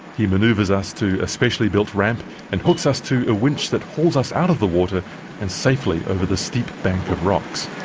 he manoeuvres us to a specially-built ramp and hooks us to a winch that hauls us out of the water and safely over the steep bank of rocks.